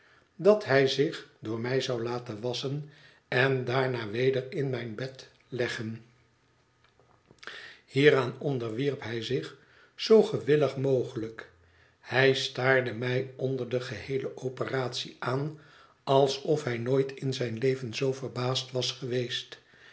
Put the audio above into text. dat hij zich door mij zou laten wasschen en daarna weder in mijn bed leggen hieraan onderwierp hij zich zoo gewillig mogelijk hij staarde mij onder de gcheele operatie aan alsof hij nooit in zijn leven zoo verbaasd was geweest